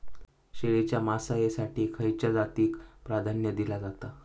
शेळीच्या मांसाएसाठी खयच्या जातीएक प्राधान्य दिला जाता?